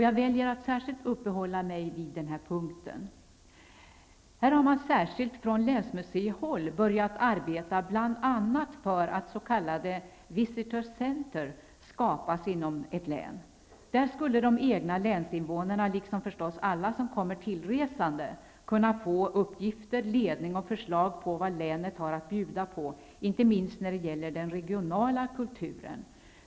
Jag väljer att uppehålla mig vid denna punkt. Här har man särskilt från länsmuseihåll börjat arbeta bl.a. för att s.k. visitors center skapas inom ett län. Där skulle de egna länsinnevånarna, liksom förstås alla som kommer tillresande, kunna få uppgifter, ledning och förslag på vad länet har att bjuda på, inte minst när det gäller den regionala kulturen.